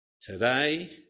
today